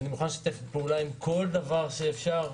אני מוכן לשתף פעולה עם כל דבר אפשרי,